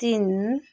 तिन